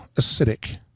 acidic